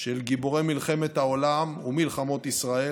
של גיבורי מלחמת העולם ומלחמות ישראל,